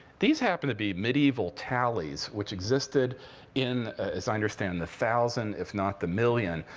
these happen to be medieval tallies, which existed in, as i understand, the thousand if not the million,